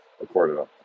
recorded